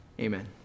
amen